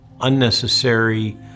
unnecessary